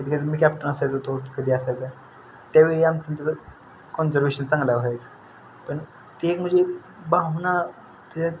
तितक्यात मी कॅप्टन असायचो तो कधी असायचा त्यावेळी आमचं आणि त्याचं कॉन्झर्वेशन चांगला व्हायचं पण ती एक म्हणजे भावना